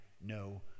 no